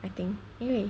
I think 因为